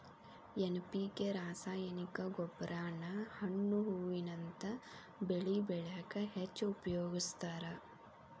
NPK ರಾಸಾಯನಿಕ ಗೊಬ್ಬರಾನ ಹಣ್ಣು ಹೂವಿನಂತ ಬೆಳಿ ಬೆಳ್ಯಾಕ ಹೆಚ್ಚ್ ಉಪಯೋಗಸ್ತಾರ